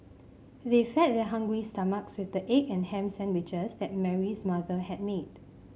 they fed their hungry stomachs with the egg and ham sandwiches that Mary's mother had made